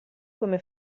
come